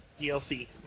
DLC